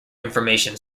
information